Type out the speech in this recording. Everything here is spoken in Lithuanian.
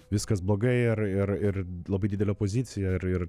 viskas blogai ir ir ir labai didelė opozicija ir ir